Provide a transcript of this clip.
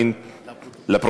התשע"ו 2016,